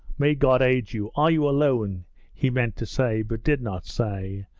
may god aid you! are you alone he meant to say but did not say,